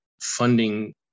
funding